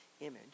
image